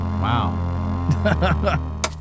Wow